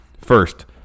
First